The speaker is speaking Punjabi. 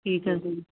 ਠੀਕ ਹੈ ਜੀ